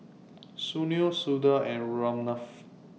Sunil Suda and Ramnath